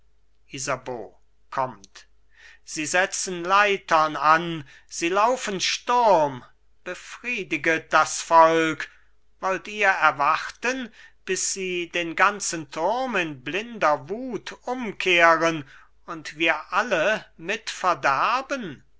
kommt sie setzen leitern an sie laufen sturm befriediget das volk wollt ihr erwarten bis sie den ganzen turm in blinder wut umkehren und wir alle mit verderben